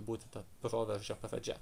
būti ta proveržio pradžia